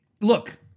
look